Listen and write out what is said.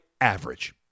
average